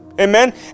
Amen